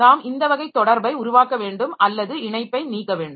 நாம் இந்த வகை தொடர்பை உருவாக்க வேண்டும் அல்லது இணைப்பை நீக்க வேண்டும்